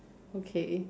okay